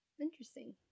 Interesting